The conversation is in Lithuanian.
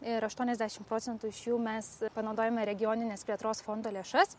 ir aštuoniasdešimt procentų iš jų mes panaudojome regioninės plėtros fondo lėšas